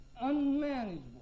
unmanageable